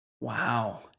Wow